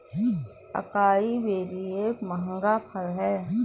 acai berry एक महंगा फल है